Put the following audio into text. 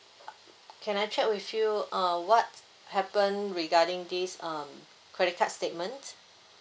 can I check with you uh what happen regarding this um credit card statement